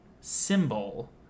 symbol